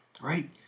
right